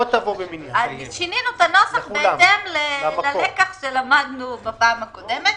שינינו את הנוסח בהתאם ללקח שלמדנו בפעם הקודמת.